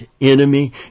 enemy